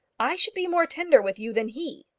i should be more tender with you than he.